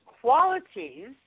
qualities